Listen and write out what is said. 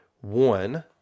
One